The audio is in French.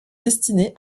destiné